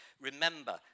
remember